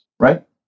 right